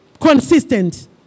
consistent